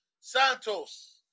Santos